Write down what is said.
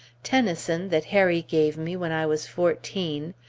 tennyson that harry gave me when i was fourteen,